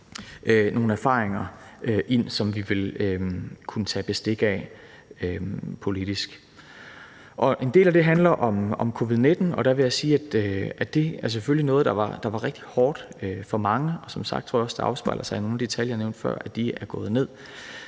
nogle erfaringer ind, som vi vil kunne tage bestik af politisk. En del af det handler om covid-19, og der vil jeg sige, at det selvfølgelig er noget, der var rigtig hårdt for mange, og som sagt tror jeg også, det afspejler sig i, at nogle af de tal, jeg nævnte før, er gået ned.